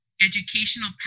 educational